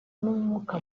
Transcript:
n’umwuka